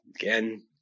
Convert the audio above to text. Again